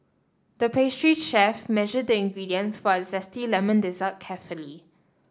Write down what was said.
the pastry chef measured the ingredients for a zesty lemon dessert carefully